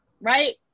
right